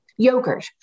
Yogurt